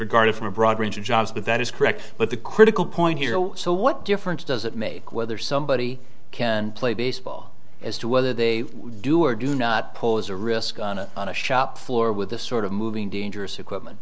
regarded from a broad range of jobs but that is correct but the critical point here so what difference does it make whether somebody can play baseball as to whether they do or do not pose a risk on a on a shop floor with this sort of moving dangerous equipment